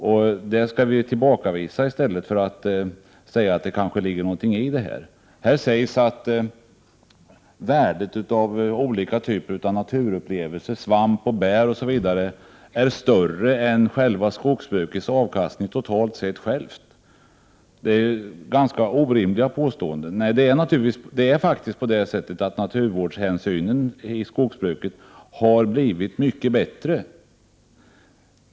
Sådana påståenden skall vi tillbakavisa i stället för att medge att det kanske ligger någonting i dem. Här sägs vidare att värdet av olika typer av naturupplevelser, av svamp, bär, osv. är större än själva skogsbrukets avkastning totalt sett. Det är ett ganska orimligt påstående. Det är faktiskt på det sättet att naturvårdshänsynen i skogsbruket har blivit Prot. 1988/89:112 «mycket bättre.